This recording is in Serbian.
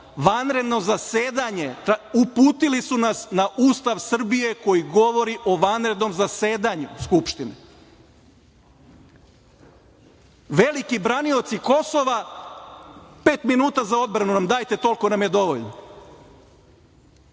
vanredno zasedanje uputili su nas na Ustav Srbije koji govori o vanrednom zasedanju Skupštine. Veliki branioci Kosova - pet minuta za odbranu nam dajte, toliko nam je dovoljno,